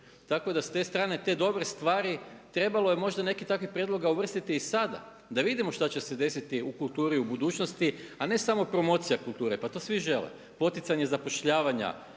Tako da s te strane te dobre stvari, trebalo je možda nekih takvih prijedloga uvrstiti i sada da vidimo šta će se desiti u kulturi u budućnosti a ne samo promocija kulture, pa to svi žele, poticanje zapošljavanja